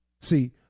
see